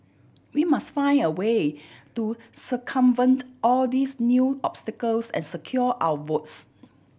we must find a way to circumvent all these new obstacles and secure our votes